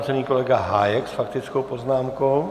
Nyní kolega Hájek s faktickou poznámkou.